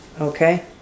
Okay